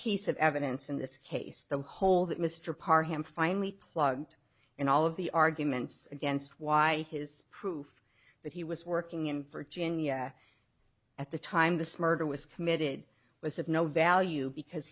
piece of evidence in this case the hole that mr parr him finally plugged in all of the arguments against why his proof that he was working in virginia at the time this murder was committed was of no value because